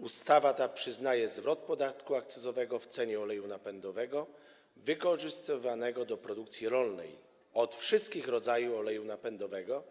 Ustawa ta przyznaje zwrot podatku akcyzowego zawartego w cenie oleju napędowego wykorzystywanego do produkcji rolnej od wszystkich rodzajów oleju napędowego